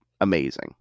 amazing